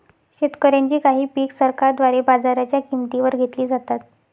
शेतकऱ्यांची काही पिक सरकारद्वारे बाजाराच्या किंमती वर घेतली जातात